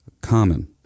common